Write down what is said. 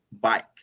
bike